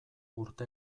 urte